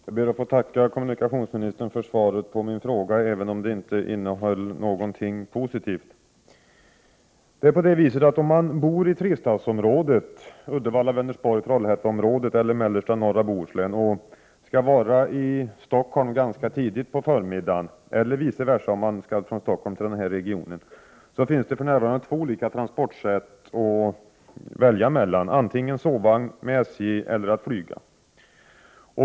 Herr talman! Jag ber att få tacka kommunikationsministern för svaret på min fråga även om det inte innehöll någonting positivt. Om man bor i trestadsområdet - Uddevalla-Vänersborg-Trollhätteområdet — eller i mellersta eller norra Bohuslän och skall vara i Stockholm ganska tidigt på förmiddagen eller vice versa, alltså om man skall från Stockholm till denna region, finns det för närvarande två transportsätt att välja mellan: antingen SJ-sovvagn eller flyg.